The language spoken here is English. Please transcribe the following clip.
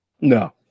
No